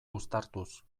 uztartuz